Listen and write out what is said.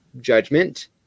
judgment